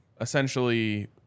essentially